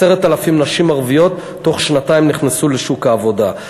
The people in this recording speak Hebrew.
10,000 נשים ערביות תוך שנתיים נכנסו לשוק העבודה.